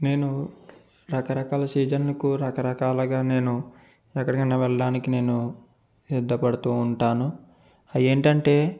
నేను రకరకాల సీజన్ లకు రకరకాలగా నేను ఎక్కడికైనా వెళ్లడానికి నేను ఇష్టపడుతూ ఉంటాను అవేంటంటే